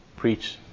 Preach